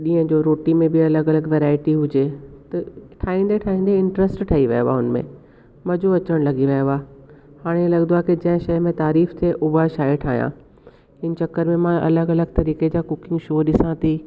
ॾींहं जो रोटी में बि अलॻि अलॻि वैराइटी हुजे त ठाहींदे ठाहींदे इंट्र्स्ट ठही वियो आहे उनमें मज़ो अचण लॻी वियो आहे हाणे लॻदो आहे की जंहिं शइ में तारीफ़ खे उहा शइ ठाहिया इन चक्कर में मां अलॻि अलॻि तरीके़ जा कुकिंग शो ॾिसा थी